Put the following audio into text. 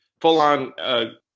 full-on